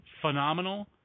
phenomenal